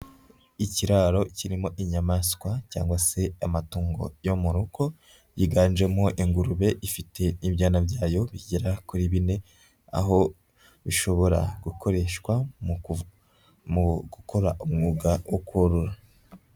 Ikiraro kirimo inyamaswa cyangwa se amatungo yo mu rugo, yiganjemo ingurube ifite ibyana byayo bigera kuri bine, aho bishobora gukoreshwa mu gukora umwuga wo korora.